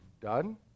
done